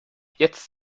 jetzt